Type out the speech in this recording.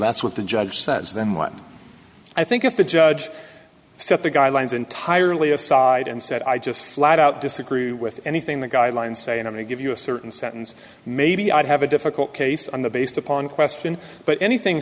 that's what the judge says then one i think if the judge set the guidelines entirely aside and said i just flat out disagree with anything the guidelines say and i mean give you a certain sentence maybe i'd have a difficult case on the based upon question but anything